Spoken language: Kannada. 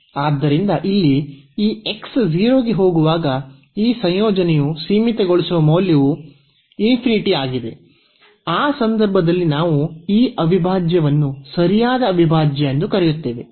ಆದ್ದರಿಂದ ಇಲ್ಲಿ ಈ x 0 ಗೆ ಹೋಗುವಾಗ ಈ ಸಂಯೋಜನೆಯ ಸೀಮಿತಗೊಳಿಸುವ ಮೌಲ್ಯವು ಆಗಿದೆ ಆ ಸಂದರ್ಭದಲ್ಲಿ ನಾವು ಈ ಅವಿಭಾಜ್ಯವನ್ನು ಸರಿಯಾದ ಅವಿಭಾಜ್ಯ ಎಂದು ಕರೆಯುತ್ತೇವೆ